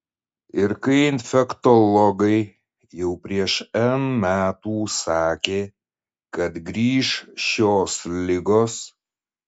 ir kai infektologai jau prieš n metų sakė kad grįš šios ligos